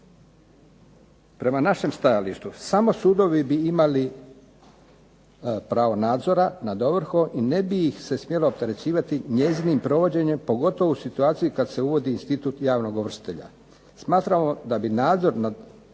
Prema našem stajalištu samo sudovi bi imali pravo nadzora nad ovrhom i ne bi ih se smjelo opterećivati njezinim provođenjem pogotovo u situaciji kad se uvodi institut javnog ovršitelja. Smatramo da bi nadzor nad